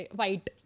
white